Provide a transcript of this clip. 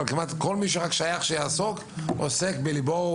אבל כמעט כל מי שרק שייך שיעסוק עוסק בליבו,